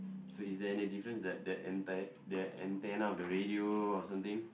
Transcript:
so is there any difference the the ante~ the antenna of the radio or something